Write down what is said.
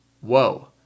whoa